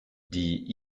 die